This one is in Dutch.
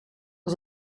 was